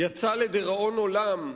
ייזכר לדיראון עולם,